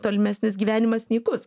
tolimesnis gyvenimas nykus